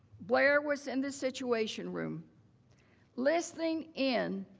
blair was in the situation room listening in,